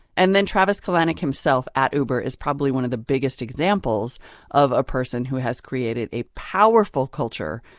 and then travis kalanick himself at uber is probably one of the biggest examples of a person who has created a powerful culture,